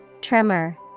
Tremor